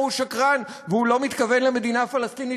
הוא שקרן והוא לא מתכוון למדינה פלסטינית,